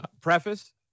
preface